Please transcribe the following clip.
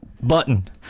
button